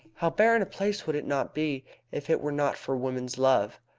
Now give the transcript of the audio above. how barren a place would it not be if it were not for woman's love!